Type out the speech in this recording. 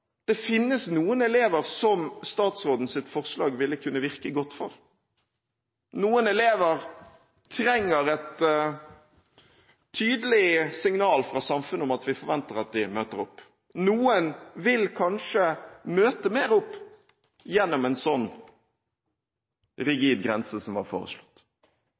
Det finnes noen elever som statsrådens forslag ville kunne virket godt for. Noen elever trenger et tydelig signal fra samfunnet om at vi forventer at de møter opp. Noen vil kanskje møte mer opp gjennom en sånn rigid grense som var foreslått.